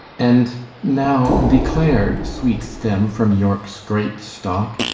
and now declare sweet stem from yorkes great stock,